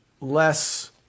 less